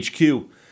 HQ